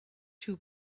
two